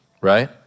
Right